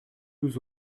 nous